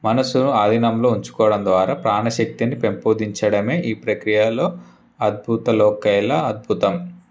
మనస్సు ఆధీనంలో ఉంచుకోవడం ద్వారా ప్రాణశక్తిని పెంపొందించడమే ఈ ప్రక్రియలో అద్భుతలోకేల్లా అద్భుతం